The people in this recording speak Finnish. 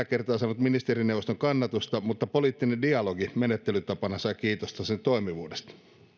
kertaa saanut ministerineuvoston kannatusta mutta poliittinen dialogi menettelytapana sai kiitosta sen toimivuudesta